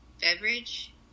beverage